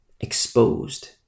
exposed